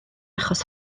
achos